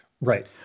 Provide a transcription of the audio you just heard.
Right